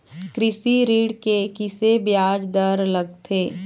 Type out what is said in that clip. कृषि ऋण के किसे ब्याज दर लगथे?